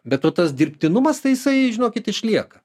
be to tas dirbtinumas tai jisai žinokit išlieka